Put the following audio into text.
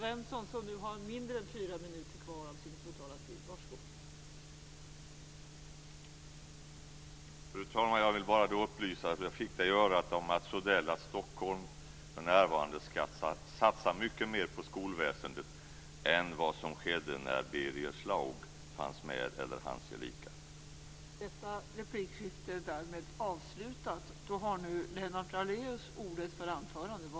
Fru talman! Jag vill bara upplysa om något som jag fick höra av Mats Odell. Stockholm ska för närvarande satsa mycket mer på skolväsendet än vad som skedde när Birger Schlaug, eller hans gelikar, fanns med.